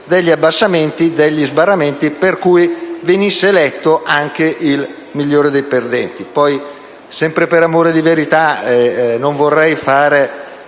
l'abbassamento degli sbarramenti per cui potesse essere eletto anche il migliore dei perdenti.